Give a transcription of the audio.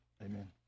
amen